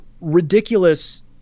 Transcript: ridiculous